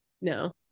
no